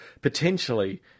Potentially